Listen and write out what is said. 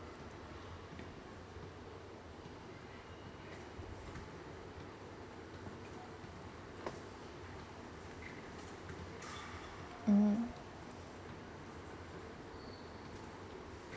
mm